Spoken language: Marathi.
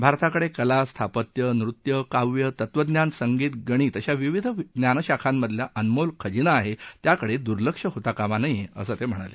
भारताकडे कला स्थापत्य नृत्य काव्य तत्वज्ञान संगीत गणित अशा विविध ज्ञानशाखांमधला अनमोल खजिना आहे त्याकडे दुर्लक्ष होता कामा नये असं ते म्हणाले